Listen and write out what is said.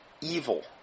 evil